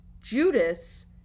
Judas